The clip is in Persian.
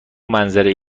منظره